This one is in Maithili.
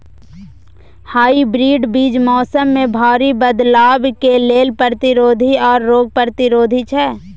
हाइब्रिड बीज मौसम में भारी बदलाव के लेल प्रतिरोधी आर रोग प्रतिरोधी छै